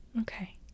okay